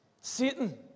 Satan